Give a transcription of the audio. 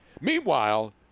Meanwhile